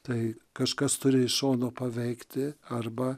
tai kažkas turi iš šono paveikti arba